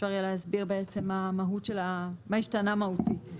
אפשר יהיה להסביר מה השתנה מהותית.